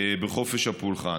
בחופש הפולחן.